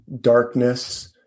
darkness